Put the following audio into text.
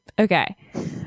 okay